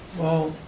well,